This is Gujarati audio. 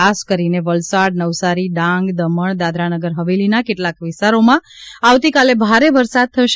ખાસ કરીને વલસાડ નવસારી ડાંગ દમણ દાદરાનગર હવેલીના કેટલાક વિસ્તારોમાં આવતીકાલે ભારે વરસાદ થશે